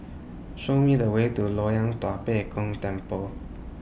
Show Me The Way to Loyang Tua Pek Kong Temple